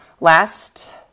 last